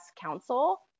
Council